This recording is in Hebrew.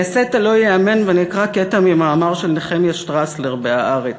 אני אעשה את הלא-ייאמן ואני אקרא קטע ממאמר של נחמיה שטרסלר ב"הארץ",